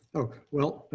okay, well,